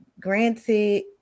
granted